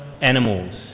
animals